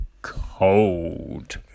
Cold